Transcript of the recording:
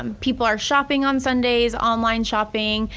um people are shopping on sundays, online shopping.